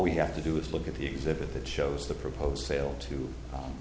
we have to do is look at the exhibit that shows the proposed sale to